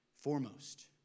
Foremost